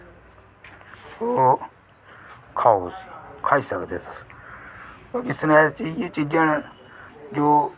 ओह् खाओ तुस खाई सकदे तुस ते स्नैक्स च इ'यै चीज़ां न जो